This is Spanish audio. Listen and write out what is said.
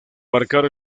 marcar